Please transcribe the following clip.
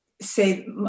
say